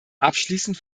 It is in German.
abschließend